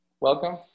welcome